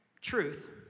truth